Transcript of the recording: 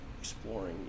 exploring